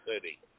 City